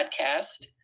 podcast